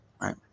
right